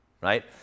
right